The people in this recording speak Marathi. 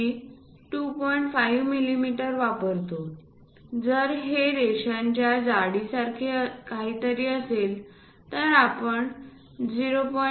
5 मिलिमीटर वापरतो जर हे रेषांच्या जाडीसारखे काहीतरी असेल तर आपण 0